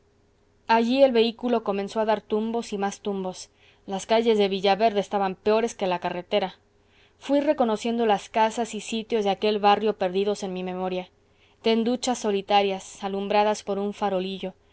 allí el vehículo comenzó a dar tumbos y más tumbos las calles de villaverde estaban peores que la carretera fuí reconociendo las casas y sitios de aquel barrio perdidos en mi memoria tenduchas solitarias alumbradas por un farolillo